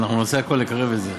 אנחנו נעשה הכול לקרב את זה.